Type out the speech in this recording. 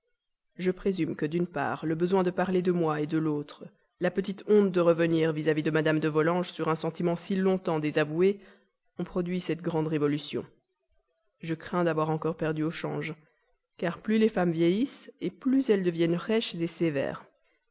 je présume que d'une part le besoin de parler de moi de l'autre la petite honte de revenir vis-à-vis de mme de volanges sur un sentiment si longtemps désavoué ont produit cette grande révolution je crains d'avoir encore perdu au change car plus les femmes vieillissent plus elles deviennent rêches sévères